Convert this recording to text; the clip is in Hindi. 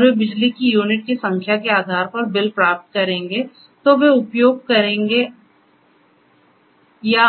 और वे बिजली की यूनिट की संख्या के आधार पर बिल प्राप्त करेंगे जो वे उपयोग करेंगे या